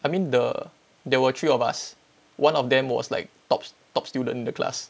I mean the there were three of us one of them was like top top student in the class